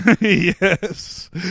Yes